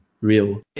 real